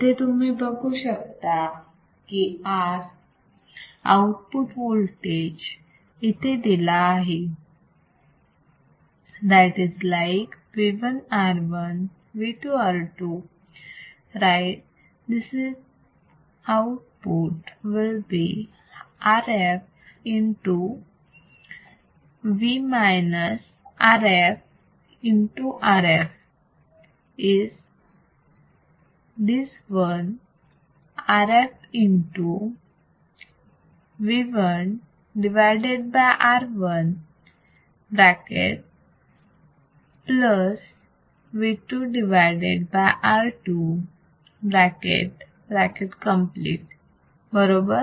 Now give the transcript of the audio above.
इथे तुम्ही बघू शकता की R आउटपुट वोल्टेज इथे दिलेला आहे that is like V1 R1 V2 R2 right this output will be RFRF is this one RFV1R1 V2R2 बरोबर